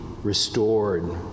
restored